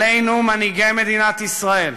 עלינו, מנהיגי מדינת ישראל,